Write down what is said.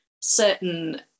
certain